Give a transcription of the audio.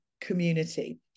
community